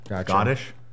Scottish